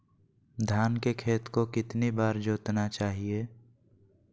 धान के खेत को कितना बार जोतना चाहिए?